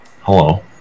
Hello